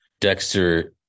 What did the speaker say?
Dexter